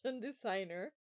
designer